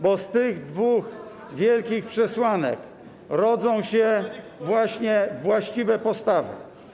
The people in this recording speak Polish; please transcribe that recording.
Bo z tych dwóch wielkich przesłanek rodzą się właściwe postawy.